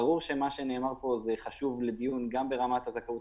ברור שמה שנאמר פה חשוב ברמת הזכאות